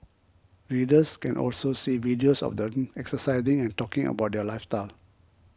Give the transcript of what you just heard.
readers can also see videos of them exercising and talking about their lifestyle